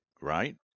right